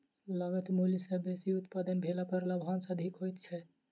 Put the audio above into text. लागत मूल्य सॅ बेसी उत्पादन भेला पर लाभांश अधिक होइत छै